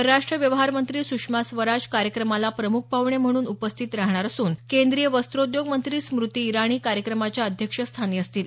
परराष्ट व्यवहार मंत्री सुषमा स्वराज कार्यक्रमाला प्रमुख पाहणे म्हणून उपस्थित राहणार असून केंद्रीय वस्रोद्योग मंत्री स्मुती इराणी कार्यक्रमाच्या अध्यक्षस्थानी असतील